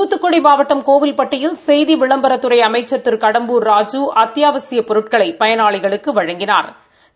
துத்துக்குடி மாவட்டம் கோவில்பட்டியில் செய்தி விளம்பரத்துறை அமைச்சி திரு கடம்பூர் ராஜூ அத்தியாவசியப் பொருட்களை பயனாளிகளுக்கு வழங்கினாா்